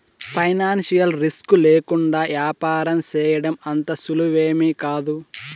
financial risk లేకుండా యాపారం సేయడం అంత సులువేమీకాదు